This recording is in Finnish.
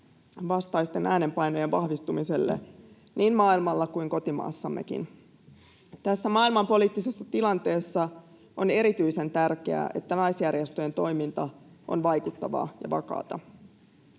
vastaisten äänenpainojen vahvistumiselle niin maailmalla kuin kotimaassammekin. Tässä maailmanpoliittisessa tilanteessa on erityisen tärkeää, että naisjärjestöjen toiminta on vaikuttavaa ja vakaata.